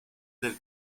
del